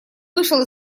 вышел